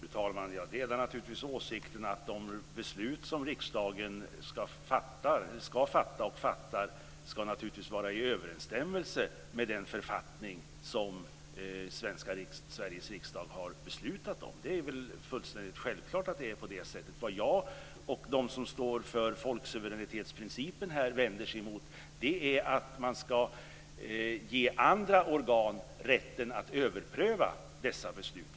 Fru talman! Jag delar naturligtvis åsikten att de beslut som riksdagen ska fatta och fattar ska vara i överensstämmelse med den författning som Sveriges riksdag har beslutat om. Det är fullständigt självklart att det är på det sättet. Vad jag och de som står för folksuveränitetsprincipen vänder oss emot är att man ska ge andra organ rätten att överpröva dessa beslut.